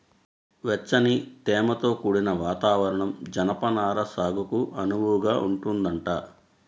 వెచ్చని, తేమతో కూడిన వాతావరణం జనపనార సాగుకు అనువుగా ఉంటదంట